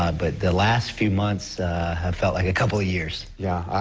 ah but the last few months have felt like a couple of years. yeah,